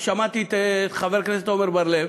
כששמעתי את חבר הכנסת עמר בר-לב